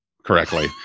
Correctly